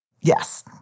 Yes